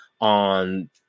on